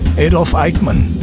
adolph eichmann,